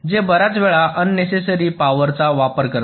जे बर्याच वेळा अननेसेसरी पावरचा वापर करते